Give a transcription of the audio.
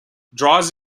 draws